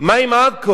מה עם עכו?